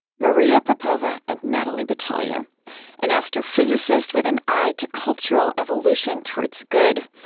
maria popova and natalie batalha an astrophysicist with an eye to cultural evolution towards good,